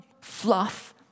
fluff